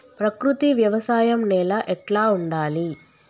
ప్రకృతి వ్యవసాయం నేల ఎట్లా ఉండాలి?